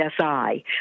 csi